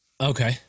Okay